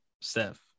Steph